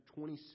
26